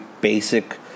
basic